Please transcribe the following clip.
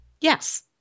Yes